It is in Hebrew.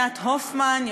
ענת הופמן,